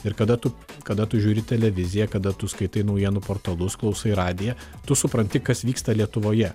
ir kada tu kada tu žiūri televiziją kada tu skaitai naujienų portalus klausai radiją tu supranti kas vyksta lietuvoje